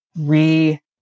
re